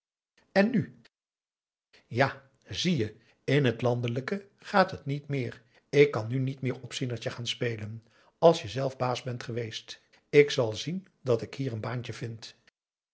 en nu ja zie je in het landelijke gaat het niet meer ik kan nu niet meer opzienertje gaan spelen als je zelf baas bent geweest ik zal zien dat ik hier een baantje vind